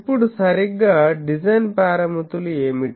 ఇప్పుడు సరిగ్గా డిజైన్ పారామితులు ఏమిటి